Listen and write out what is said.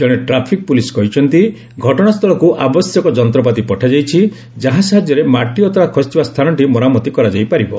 ଜଣେ traffic police କହିଛନ୍ତି ଘଟଣା ସ୍ଥଳକୁ ଆବଶ୍ୟକ ଯନ୍ତ୍ରପାତି ପଠାଯାଇଛି ଯାହା ସହାଯ୍ୟରେ ମାଟିଅତଡ଼ା ଖସିଥିବା ସ୍ଥାନଟି ମରାମତି କରାଯାଇ ପାରିବ